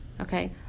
okay